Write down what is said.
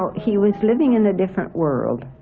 he was living in a different world.